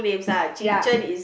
ya